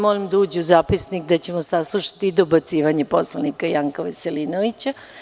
Molim da uđe u zapisnik da ćemo saslušati dobacivanja poslanika Janka Veselinovića.